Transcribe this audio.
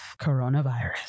coronavirus